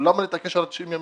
למה להתעקש על 90 ימים?